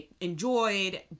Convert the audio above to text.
enjoyed